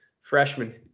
freshman